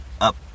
up